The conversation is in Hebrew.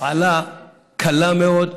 הפעלה קלה מאוד.